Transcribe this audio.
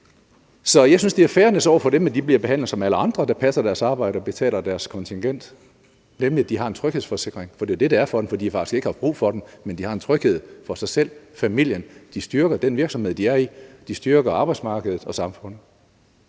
Så jeg synes, det er fairness over for dem, at de bliver behandlet som alle andre, der passer deres arbejde og betaler deres kontingent, nemlig at de har en tryghedsforsikring, for det er det, det er for dem; for de har faktisk ikke haft brug for den, men de har en tryghed for sig selv, for familien. De styrker den virksomhed, de er i, og de styrker arbejdsmarkedet og samfundet.